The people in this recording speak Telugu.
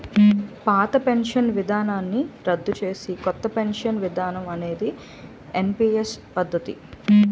పాత పెన్షన్ విధానాన్ని రద్దు చేసి కొత్త పెన్షన్ విధానం అనేది ఎన్పీఎస్ పద్ధతి